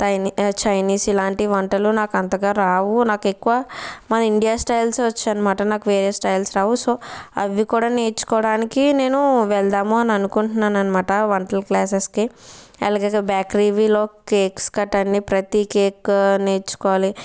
థైనిస్ Chinese ఇలాంటి వంటలు నాకు అంతగా రావు నాకెక్కువ మన ఇండియా స్టైల్స్ ఏ వచ్చన్మాట నాకు వేరే స్టైల్స్ రావు సో అవి కూడా నేర్చుకోడానికి నేను వెళ్దాము అననుకుంటున్నానన్మాట వంటల క్లాసెస్కి అలాగే బ్యేకరీలో కేక్స్ కట్ట అన్నీ ప్రతి కేక్ నేర్చుకోవాలి